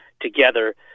together